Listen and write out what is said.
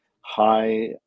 high